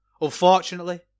unfortunately